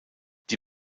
die